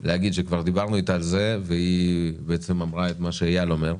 להגיד שכשדיברנו איתה על זה היא אמרה את מה שאייל אומר,